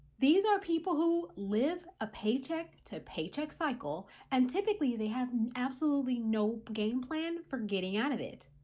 these are people who live a paycheck to paycheck cycle and typically they have and absolutely no game plan for getting out of it.